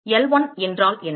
L1 என்றால் என்ன